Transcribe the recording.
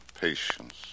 Patience